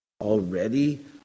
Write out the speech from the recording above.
Already